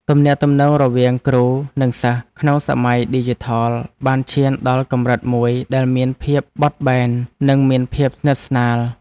ទំនាក់ទំនងរវាងគ្រូនិងសិស្សក្នុងសម័យឌីជីថលបានឈានដល់កម្រិតមួយដែលមានភាពបត់បែននិងមានភាពស្និទ្ធស្នាល។